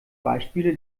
beispiele